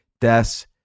deaths